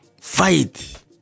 fight